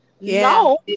No